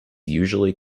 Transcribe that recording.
usually